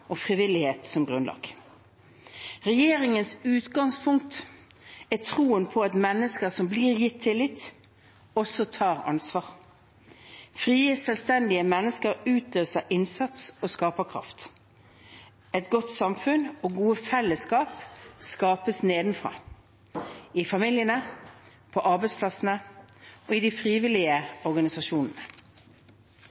og frivillighet som grunnlag. Regjeringens utgangspunkt er troen på at mennesker som blir gitt tillit, også tar ansvar. Frie, selvstendige mennesker utløser innsats og skaperkraft. Et godt samfunn og gode fellesskap skapes nedenfra – i familiene, på arbeidsplassene og i de frivillige